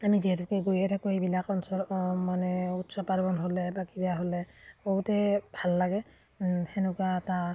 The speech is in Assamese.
আমি যিহেতুে গৈয়ে থাকোঁ এইবিলাক অঞ্চল মানে উৎসৱ পাৰ্বণ হ'লে বা কিবা হ'লে বহুতেই ভাল লাগে সেনেকুৱা এটা